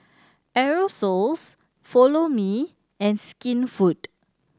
Aerosoles Follow Me and Skinfood